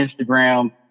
Instagram